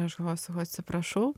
aš galvoju sakau atsiprašau